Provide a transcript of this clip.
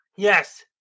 Yes